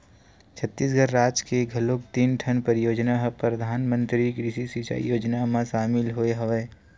छत्तीसगढ़ राज के घलोक तीन ठन परियोजना ह परधानमंतरी कृषि सिंचई योजना म सामिल होय हवय